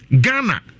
Ghana